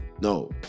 No